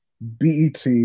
BET